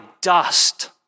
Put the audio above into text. dust